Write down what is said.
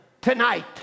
tonight